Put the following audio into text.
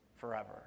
Forever